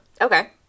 Okay